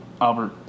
Albert